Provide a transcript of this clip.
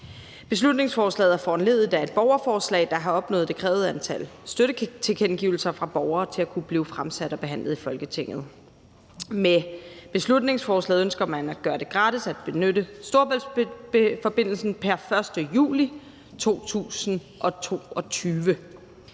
Beslutningsforslaget er foranlediget af et borgerforslag, der har opnået det krævede antal støttetilkendegivelser fra borgere til at kunne blive fremsat og behandlet i Folketinget. Med beslutningsforslaget ønsker man at gøre det gratis at benytte Storebæltsforbindelsen pr. 1. juli 2022.